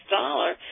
dollar